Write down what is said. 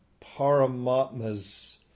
Paramatma's